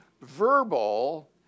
verbal